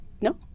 no